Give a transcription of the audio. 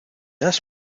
has